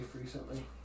recently